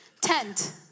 tent